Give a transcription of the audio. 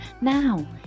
Now